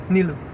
Nilu